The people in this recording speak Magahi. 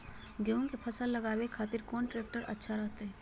गेहूं के फसल लगावे खातिर कौन ट्रेक्टर अच्छा रहतय?